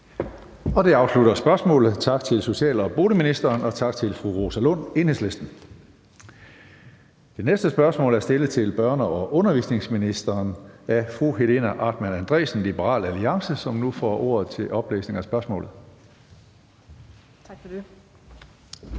Det afslutter spørgsmålet. Tak til social- og boligministeren, og tak til fru Rosa Lund, Enhedslisten. Det næste spørgsmål er stillet til børne- og undervisningsministeren af fru Helena Artmann Andresen, Liberal Alliance. Kl. 15:33 Spm. nr. S 479 4) Til børne-